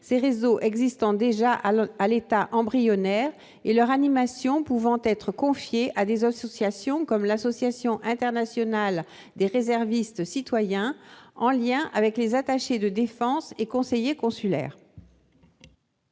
ces réseaux existant déjà à l'état embryonnaire et leur animation pouvant être confiée à des associations comme l'Association internationale des réservistes citoyens, en lien avec les attachés de défense et conseillers consulaires.